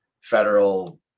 federal